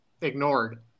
ignored